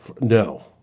No